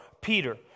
Peter